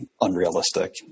unrealistic